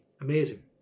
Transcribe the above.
amazing